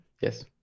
yes